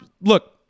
Look